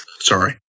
sorry